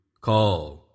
Call